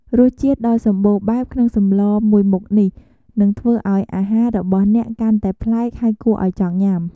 រសជាតិដ៏សម្បូរបែបក្នុងសម្លមួយមុខនេះនឹងធ្វើឱ្យអាហាររបស់អ្នកកាន់តែប្លែក ហើយគួរឱ្យចង់ញ៉ាំ។